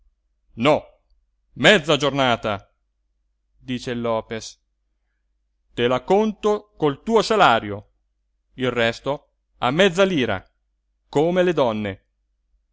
no mezza giornata dice il lopes te la conto col tuo salario il resto a mezza lira come le donne